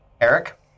Eric